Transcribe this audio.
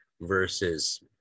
versus